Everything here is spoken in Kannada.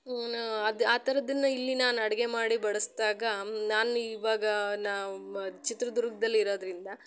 ಅದು ಆ ಥರದನ್ನು ಇಲ್ಲಿ ನಾನು ಅಡುಗೆ ಮಾಡಿ ಬಡಿಸ್ದಾಗ ನಾನು ಇವಾಗ ನಾವು ಚಿತ್ರದುರ್ಗದಲ್ಲಿ ಇರೋದರಿಂದ